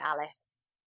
Alice